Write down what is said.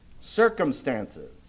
circumstances